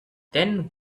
then